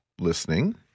listening